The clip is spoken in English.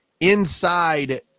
inside